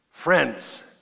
Friends